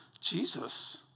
Jesus